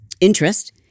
interest